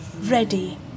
ready